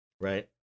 right